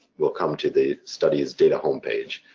will come to the studies data homepage.